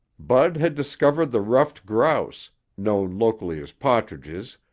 bud had discovered the ruffed grouse, known locally as pat'tidges,